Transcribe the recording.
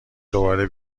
دوباره